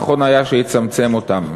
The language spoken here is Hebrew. נכון היה שיצמצם אותם.